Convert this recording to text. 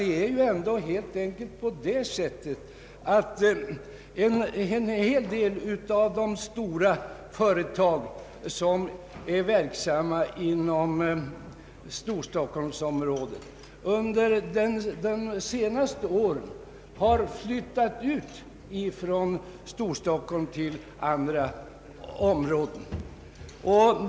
Det är ju helt enkelt så att en hel del stora företag som varit verksamma inom Storstockholmsområdet under de senaste åren har flyttat ut till andra områden.